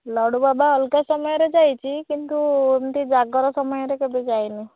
ଲଡ଼ୁବାବା ଅଲଗା ସମୟରେ ଯାଇଛି କିନ୍ତୁ ଏମିତି ଜାଗର ସମୟରେ କେବେ ଯାଇନି